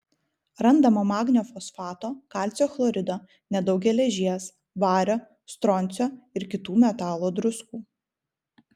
randama magnio fosfato kalcio chlorido nedaug geležies vario stroncio ir kitų metalo druskų